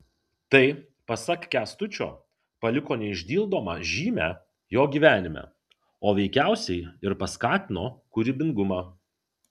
tai pasak kęstučio paliko neišdildomą žymę jo gyvenime o veikiausiai ir paskatino kūrybingumą